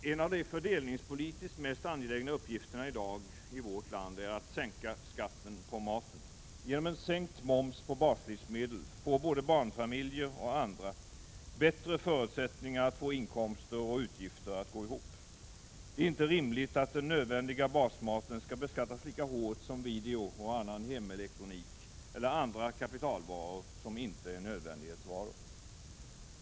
En av de fördelningspolitiskt mest angelägna uppgifterna i vårt land i dag är att sänka skatten på maten. Genom en sänkt moms på baslivsmedel får både barnfamiljer och andra bättre förutsättningar att få inkomster och utgifter att gå ihop. Det är inte rimligt att den nödvändiga basmaten skall beskattas lika hårt som video och annan hemelektronik eller andra kapitalvaror som inte är nödvändighetsvaror.